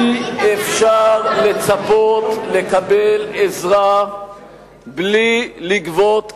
אי-אפשר לצפות לקבל עזרה בלי לגבות כסף.